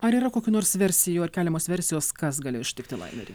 ar yra kokių nors versijų ar keliamos versijos kas galėjo ištikti laineriui